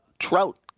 Trout